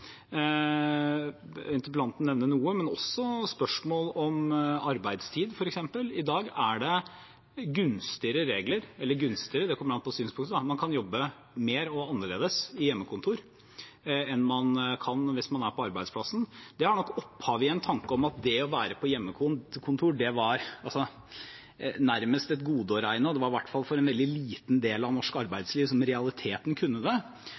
Interpellanten nevner noe, men det er f.eks. også spørsmål om arbeidstid. I dag er det gunstigere regler – om det er gunstig, kommer kanskje an på hvordan man ser på det – ved at man kan jobbe mer og annerledes på hjemmekontor enn man kan hvis man er på arbeidsplassen. Det har nok opphav i en tanke om at det å være på hjemmekontor nærmest var å regne som et gode, og det var i hvert fall en veldig liten del av norsk arbeidsliv som i